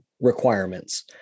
requirements